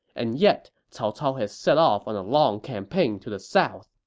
and yet cao cao has set off on a long campaign to the south.